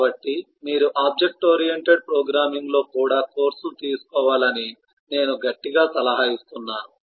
కాబట్టి మీరు object oriented ప్రోగ్రామింగ్లో కూడా కోర్సులు తీసుకోవాలని నేను గట్టిగా సలహా ఇస్తున్నాను